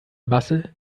masse